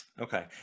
Okay